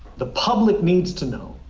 the public needs to know,